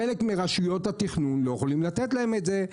חלק מרשויות התכנון לא יכולות לתת להם את זה,